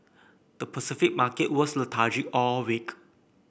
the Pacific market was lethargic all week